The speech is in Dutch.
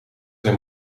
zijn